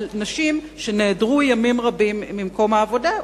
נשים שנעדרו ימים רבים ממקום העבודה.